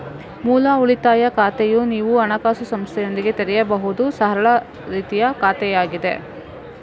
ಮೂಲ ಉಳಿತಾಯ ಖಾತೆಯು ನೀವು ಹಣಕಾಸು ಸಂಸ್ಥೆಯೊಂದಿಗೆ ತೆರೆಯಬಹುದಾದ ಸರಳ ರೀತಿಯ ಖಾತೆಯಾಗಿದೆ